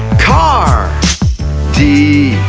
car d,